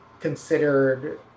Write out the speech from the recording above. considered